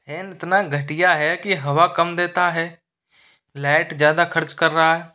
fan इतना घटिया है की हवा कम देता है लाइट ज़्यादा खर्च कर रहा है